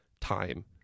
time